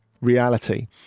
reality